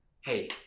hey